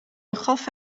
begaf